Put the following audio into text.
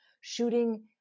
shooting